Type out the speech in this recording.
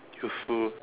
useful